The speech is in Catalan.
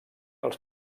els